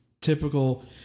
typical